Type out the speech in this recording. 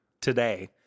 today